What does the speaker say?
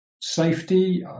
safety